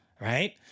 Right